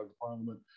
parliament